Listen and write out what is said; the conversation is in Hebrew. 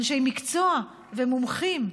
אנשי מקצוע ומומחים,